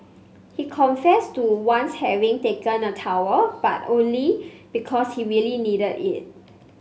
he confessed to once having taken a towel but only because he really needed it